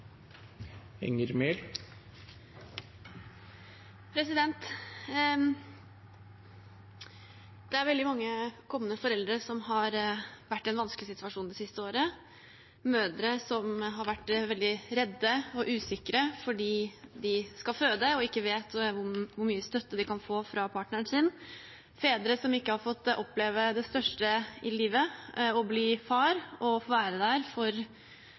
veldig mange kommende foreldre som har vært i en vanskelig situasjon det siste året – mødre som har vært veldig redde og usikre fordi de skal føde og ikke vet hvor mye støtte de kan få fra partneren sin, og fedre som ikke har fått oppleve det største i livet, å bli far og få være der for